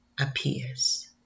appears